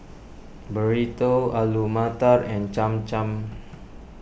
Burrito Alu Matar and Cham Cham